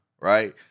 Right